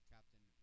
Captain